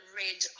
red